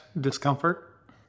discomfort